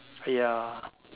ya